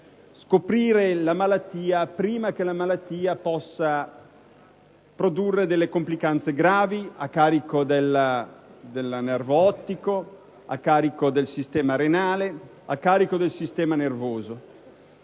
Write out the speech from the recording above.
scoprire la malattia prima che essa possa produrre complicanze gravi a carico del nervo ottico, del sistema renale e nervoso.